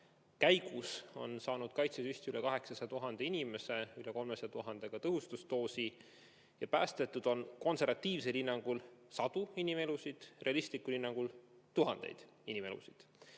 käigus on saanud kaitsesüsti üle 800 000 inimese, üle 300 000 on saanud ka tõhustusdoosi. Päästetud on konservatiivsel hinnangul sadu inimelusid, realistlikul hinnangul tuhandeid inimelusid.